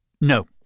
No